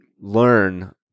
learn